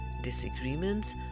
disagreements